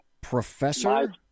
Professor